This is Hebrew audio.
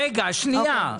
רגע, שנייה.